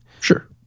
Sure